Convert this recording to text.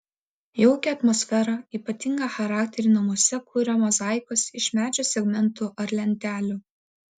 jaukią atmosferą ypatingą charakterį namuose kuria mozaikos iš medžio segmentų ar lentelių